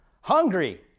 hungry